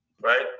right